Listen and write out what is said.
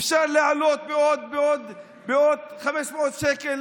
אפשר להעלות בעוד 500 שקל